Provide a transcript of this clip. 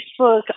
Facebook